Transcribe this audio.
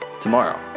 tomorrow